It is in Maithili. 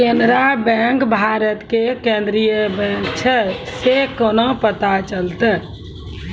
केनरा बैंक भारत के केन्द्रीय बैंक छै से केना पता चलतै?